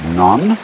none